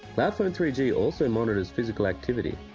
lifestyle three d also monitors physical activity.